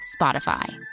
Spotify